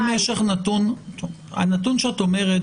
הנתון שאת אומרת,